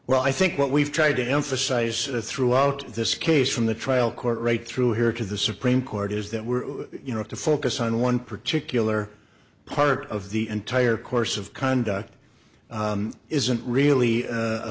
well i think what we've tried to emphasize throughout this case from the trial court right through here to the supreme court is that we're you know to focus on one particular part of the entire course of conduct isn't really